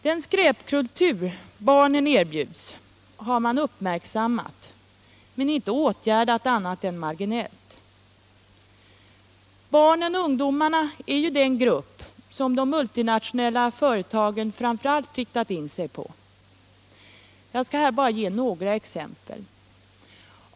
Den skräpkultur som barnen erbjuds har man uppmärksammat men inte åtgärdat annat än marginellt. Barnen och ungdomarna är den grupp som de multinationella företagen framför allt riktar in sig på. Jag skall här bara ange några exempel.